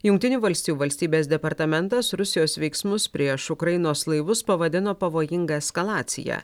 jungtinių valstijų valstybės departamentas rusijos veiksmus prieš ukrainos laivus pavadino pavojinga eskalacija